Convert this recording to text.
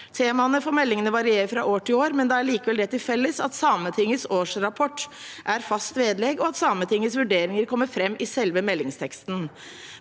Temaene for meldingene varierer fra år til år, men de har allikevel det til felles at Sametingets årsrapport er fast vedlegg, og at Sametingets vurderinger kommer fram i selve meldingsteksten.